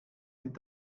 sind